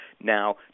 Now